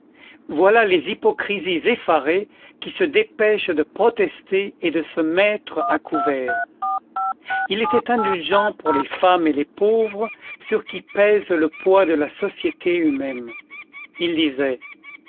voilà les hypocrisies effarées qui se dépêchent de protester et de se mettre à couvert il était indulgent pour les femmes et les pauvres sur qui pèse le poids de la société humaine il disait